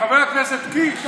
חבר הכנסת קיש,